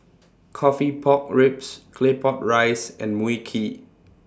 Coffee Pork Ribs Claypot Rice and Mui Kee